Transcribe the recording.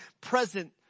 present